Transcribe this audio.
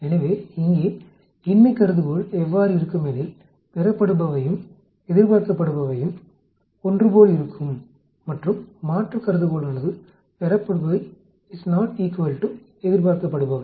எனவே இங்கே இன்மை கருதுகோள் எவ்வாறு இருக்குமெனில் பெறப்படுவையும் எதிர்பார்க்கப்படுபவையும் ஒன்றுபோல் இருக்கும் மற்றும் மாற்று கருதுகோளானது பெறப்படுபவை ≠ எதிர்பார்க்கப்படுபவை